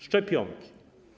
Szczepionki.